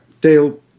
deal